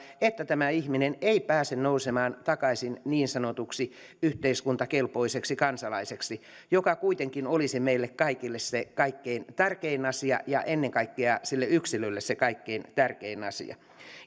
ja että tämä ihminen ei pääse nousemaan takaisin niin sanotuksi yhteiskuntakelpoiseksi kansalaiseksi mikä kuitenkin olisi meille kaikille se kaikkein tärkein asia ja ennen kaikkea sille yksilölle se kaikkein tärkein asia